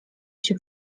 się